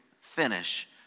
finish